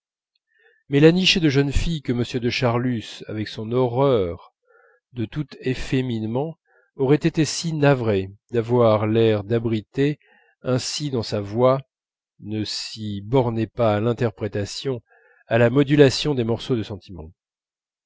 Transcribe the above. mais la nichée de jeunes filles que m de charlus avec son horreur de tout efféminement aurait été si navré d'avoir l'air d'abriter ainsi dans sa voix ne s'y bornait pas à l'interprétation à la modulation des morceaux de sentiment